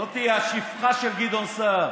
זאת השפחה של גדעון סער.